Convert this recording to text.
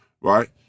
right